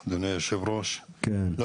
אדוני, יושב הראש, אני הולך להציע הצעה.